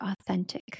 authentic